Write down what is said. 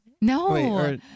No